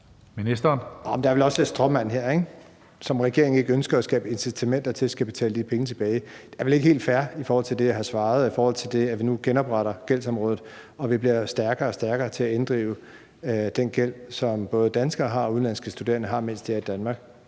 vel også lidt stråmand her: »at regeringen ikke ønsker at skabe incitamenter til, at de skal betale pengene tilbage«. Det er vel ikke helt fair i forhold til det, jeg har svaret, og i forhold til det, at vi nu genopretter gældsområdet, og at vi bliver stærkere og stærkere til at inddrive den gæld, som danske studerende har, og som udenlandske studerende har, mens de er i Danmark.